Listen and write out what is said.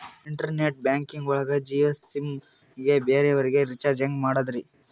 Internet banking ಒಳಗ Jio SIM ಗೆ ಬೇರೆ ಅವರಿಗೆ ರೀಚಾರ್ಜ್ ಹೆಂಗ್ ಮಾಡಿದ್ರಿ?